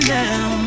now